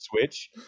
Switch